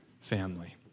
family